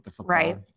Right